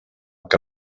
que